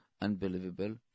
Unbelievable